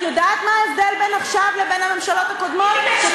את יודעת מה ההבדל בין עכשיו לבין הממשלות הקודמות?